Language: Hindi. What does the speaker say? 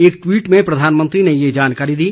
एक ट्वीट में प्रधानमंत्री ने यह जानकारी दी